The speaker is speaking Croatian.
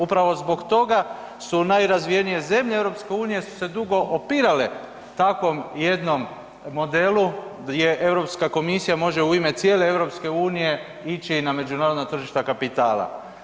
Upravo zbog toga su najrazvijenije zemlje EU su se dugo opirale takvom jednom modelu gdje EU komisija može u ime cijele EU ići na međunarodna tržišta kapitala.